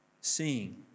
seeing